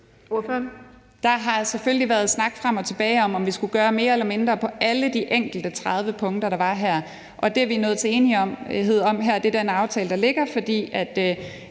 Der har selvfølgelig været snak frem og tilbage om, om vi skulle gøre mere eller mindre på alle de enkelte tredive punkter, der var her. Det er vi nået til enighed om, det er den aftale, der ligger her,